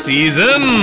Season